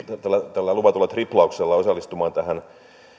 tällä luvatulla triplauksella osallistumaan tähän